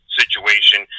situation